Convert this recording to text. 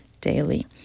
daily